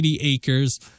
acres